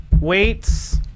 weights